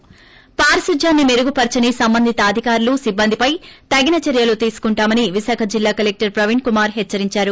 ి పారిశుధ్యాన్ని మెరుగుపర్పని సంబంధిత అధికారులు సిబ్బందిపై తగు చర్యలు తీసుకుంటామని విశాఖ జిల్లా కలెక్టర్ ప్రవీణ్ కుమార్ హెచ్చరించారు